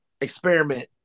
experiment